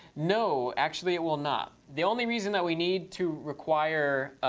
no, actually it will not. the only reason that we need to require